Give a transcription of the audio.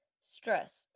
stress